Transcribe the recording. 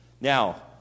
now